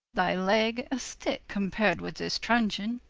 thy legge a sticke compared with this truncheon,